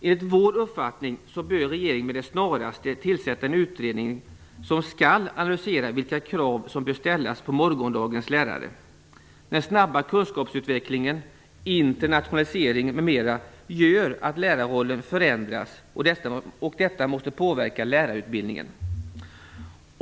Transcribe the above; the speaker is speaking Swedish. Enligt vår uppfattning bör regeringen med det snaraste tillsätta en utredning som skall analysera vilka krav som bör ställas på morgondagens lärare. Den snabba kunskapsutvecklingen, internationaliseringen m.m. gör att lärarrollen förändras, och det måste påverka lärarutbildningen.